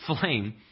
flame